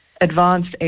advanced